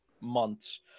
Months